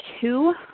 two